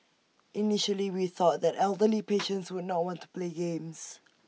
initially we thought that elderly patients would not want to play games